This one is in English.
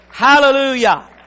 Hallelujah